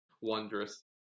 wondrous